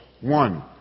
One